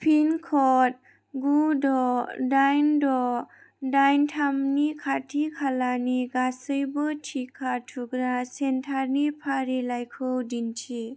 पिनकड गु द' दाइन द' दाइन थामनि खाथि खालानि गासैबो टिका थुग्रा सेन्टारनि फारिलाइखौ दिन्थि